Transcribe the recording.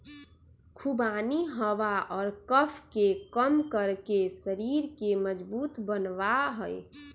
खुबानी हवा और कफ के कम करके शरीर के मजबूत बनवा हई